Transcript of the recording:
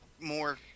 more